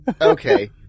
Okay